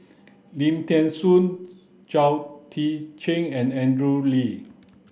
Lim Thean Soo Chao Tzee Cheng and Andrew Lee